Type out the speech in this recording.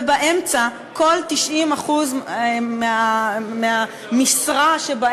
ובאמצע, כל ה-90% מאלה שבאמצע,